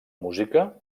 música